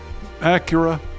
Acura